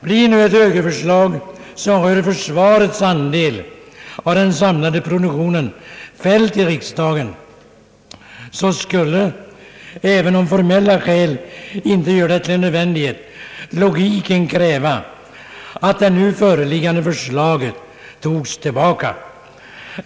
Blir nu ett högerförslag rörande försvarets andel av den samlade produktionen fällt i riksdagen, skulle — även om formella skäl inte gör det till en nödvändighet — logiken kräva att det nu föreliggande förslaget togs tillbaka.